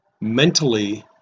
mentally